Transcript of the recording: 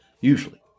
usually